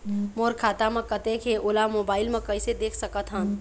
मोर खाता म कतेक हे ओला मोबाइल म कइसे देख सकत हन?